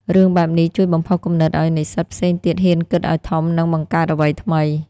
រឿងបែបនេះជួយបំផុសគំនិតឲ្យនិស្សិតផ្សេងទៀតហ៊ានគិតឲ្យធំ និងបង្កើតអ្វីថ្មី។